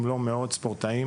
אם לא מאות ספורטאים